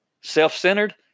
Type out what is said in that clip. self-centered